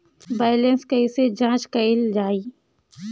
Balance कइसे जांच कइल जाइ?